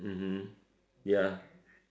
mmhmm ya